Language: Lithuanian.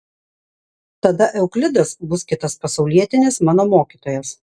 tada euklidas bus kitas pasaulietinis mano mokytojas